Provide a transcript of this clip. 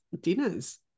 dinners